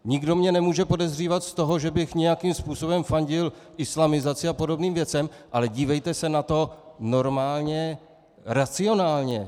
Nikdo mě nemůže podezřívat z toho, že bych nějakým způsobem fandil islamizaci a podobným věcem, ale dívejte se na to normálně racionálně.